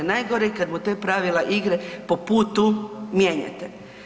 Najgore kad mu ta pravila igre po putu mijenjate.